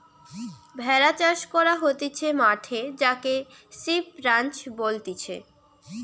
ভেড়া চাষ করা হতিছে মাঠে যাকে সিপ রাঞ্চ বলতিছে